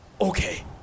okay